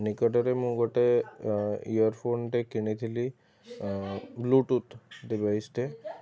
ନିକଟରେ ମୁଁ ଗୋଟେ ଇୟର୍ଫୋନ୍ଟେ କିଣିଥିଲି ବ୍ଲୁଟୁଥ୍ ଡିଭାଇସ୍ଟେ